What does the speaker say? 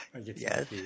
Yes